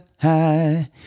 high